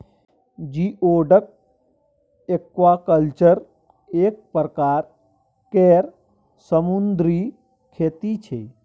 geoduck aquaculture एक परकार केर समुन्दरी खेती छै